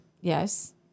yes